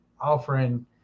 Offering